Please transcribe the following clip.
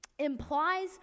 implies